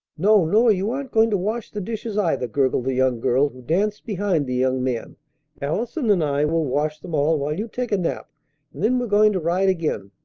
no, nor you aren't going to wash the dishes, either, gurgled the young girl who danced behind the young man allison and i will wash them all while you take a nap, and then we're going to ride again.